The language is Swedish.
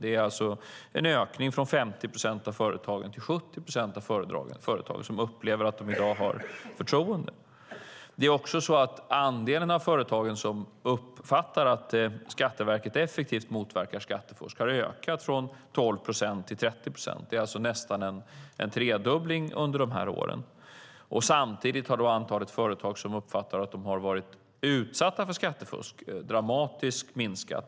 Det är en ökning från 50 procent av företagen till 70 procent av företagen som upplever att de i dag har förtroende för Skatteverket. Andelen av företagen som uppfattar att Skatteverket effektivt motverkar skattefusk har ökat från 12 procent till 30 procent. Det är nästan en tredubbling under åren. Samtidigt har antalet företag som uppfattar att de har varit utsatta för skattefusk dramatiskt minskat.